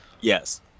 Yes